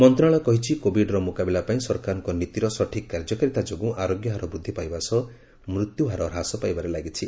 ମନ୍ତ୍ରଣାଳୟ କହିଛି କୋବିଡ୍ର ମୁକାବିଲା ପାଇଁ ସରକାରଙ୍କ ନୀତିର ସଠିକ୍ କାର୍ଯ୍ୟକାରୀତା ଯୋଗୁଁ ଆରୋଗ୍ୟହାର ବୃଦ୍ଧି ପାଇବା ସହ ମୃତ୍ୟୁହାର ହ୍ରାସ ପାଇବାରେ ଲାଗିଛି